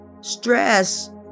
Stress